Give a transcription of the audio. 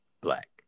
black